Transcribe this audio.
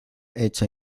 hecha